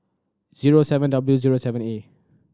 zero seven W zero seven A